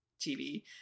TV